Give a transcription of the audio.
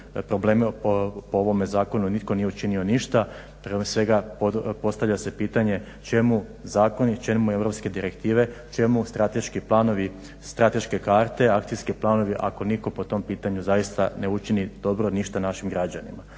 probleme po ovome zakonu nitko nije učinio ništa. Prije svega, postavlja se pitanje čemu zakoni, čemu europske direktive, čemu strateški planovi, strateške karte, akcijski planovi ako nitko po tom pitanju zaista ne učini dobro ništa našim građanima.